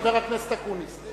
אדוני, חבר הכנסת אקוניס.